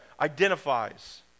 identifies